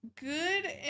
Good